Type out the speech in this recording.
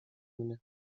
mnie